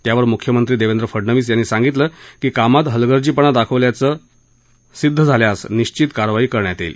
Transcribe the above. त्यावर मुख्यमंत्री देवेंद्र फडणवीस यांनी सांगितलं की कामात हलगर्जीपणा दाखवल्याचं निष्पन्न झाल्यास निश्चित कारवाई करण्यात येईल